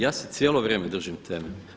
Ja se cijelo vrijeme držim teme.